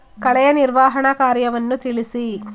ಕಳೆಯ ನಿರ್ವಹಣಾ ಕಾರ್ಯವನ್ನು ತಿಳಿಸಿ?